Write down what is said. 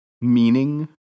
meaning